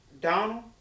Donald